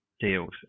deals